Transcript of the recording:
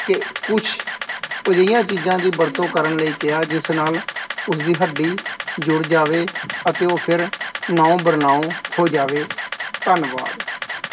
ਕੇ ਕੁਛ ਅਜਿਹੀਆ ਚੀਜ਼ਾਂ ਦੀ ਵਰਤੋਂ ਕਰਨ ਲਈ ਕਿਹਾ ਜਿਸ ਨਾਲ ਉਸ ਦੀ ਹੱਡੀ ਜੁੜ ਜਾਵੇ ਅਤੇ ਉਹ ਫਿਰ ਨੌਂ ਬਰ ਨੌਂ ਹੋ ਜਾਵੇ ਧੰਨਵਾਦ